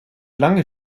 lange